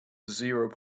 zero